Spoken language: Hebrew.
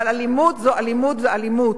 אבל אלימות זו אלימות זו אלימות.